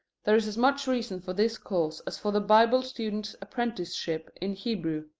there is as much reason for this course as for the bible student's apprenticeship in hebrew.